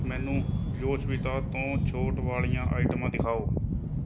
ਮੈਨੂੰ ਯੋਸਵਿਤਾ ਤੋਂ ਛੋਟ ਵਾਲੀਆਂ ਆਈਟਮਾਂ ਦਿਖਾਓ